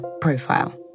profile